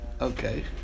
Okay